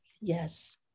Yes